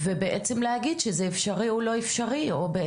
ובעצם לבדוק ולהגיד אם זה אפשרי או לא אפשרי או אולי